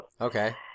Okay